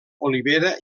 olivera